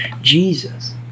Jesus